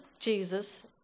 Jesus